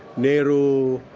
nehru,